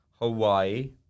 Hawaii